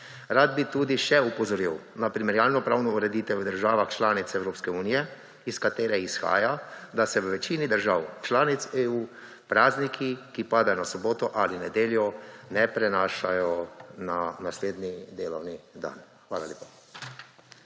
Rad bi tudi še opozoril na primerjalno pravno ureditev v državah članic Evropske unije, iz katere izhaja, da se v večini držav članic EU prazniki, ki padejo na soboto ali nedeljo, ne prenašajo na naslednji delovni dan. Hvala lepa.